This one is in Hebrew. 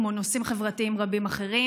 כמו נושאים חברתיים רבים אחרים,